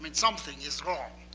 i mean something is wrong.